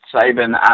saving